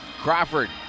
Crawford